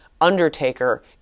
undertaker